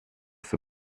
für